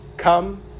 Come